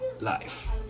life